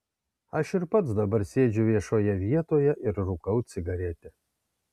aš ir pats dabar sėdžiu viešoje vietoje ir rūkau cigaretę